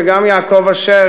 וגם יעקב אשר,